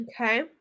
Okay